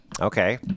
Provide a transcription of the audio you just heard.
Okay